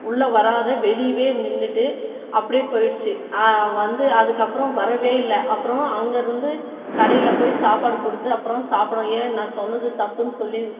உள்ளே வராது வெளியேவே நின்றுட்டு அப்படியே போயிடுச்சு வந்து அதுக்கு அப்புறம் வரவே இல்லை அப்புறம் அங்கிருந்து கடையில் போய் சாப்பாடு கொடுத்து அப்புறம் சாப்பிடும் ஏன் நான் சொன்னது தப்புனு சொல்லி